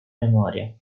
memoria